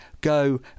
go